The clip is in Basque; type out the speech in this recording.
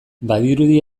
badirudi